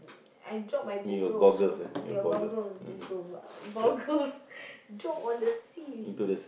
I drop my Google also your goggles Google pula goggles drop on the sea